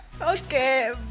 Okay